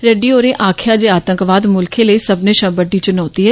रेड्डी होरे आक्खेआ जे आतंकवाद मुल्खे लेई सब्मने शा बड़ी चुनौती ऐ